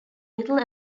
little